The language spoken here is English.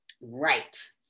Right